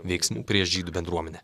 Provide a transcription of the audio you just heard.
veiksmų prieš žydų bendruomenę